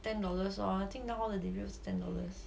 ten dollars lor I think now all the delivery also ten dollars